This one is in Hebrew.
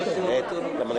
15:59.) טוב, חברים,